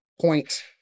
point